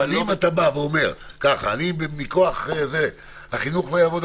אבל אם אתה בא ואומר ככה: אני מכוח החינוך לא יעבוד,